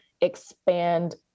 expand